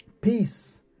peace